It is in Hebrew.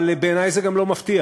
אבל בעיני זה גם לא מפתיע.